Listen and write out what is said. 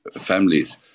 families